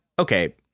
Okay